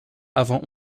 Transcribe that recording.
avant